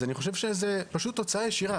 אז אני חושב שזה פשוט תוצאה ישירה.